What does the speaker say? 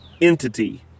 entity